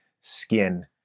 skin